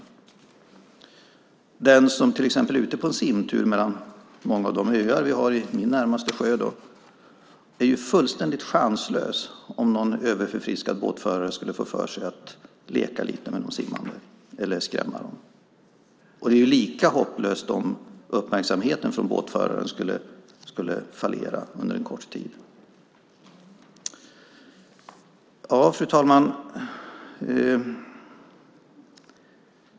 De som till exempel är ute på en simtur mellan många av de öar vi har i min närmaste sjö är fullständigt chanslösa om någon överförfriskad båtförare skulle få för sig att leka lite med eller skrämma dem. Det är lika hopplöst om uppmärksamheten från båtföraren skulle fallera under en kort tid. Fru talman!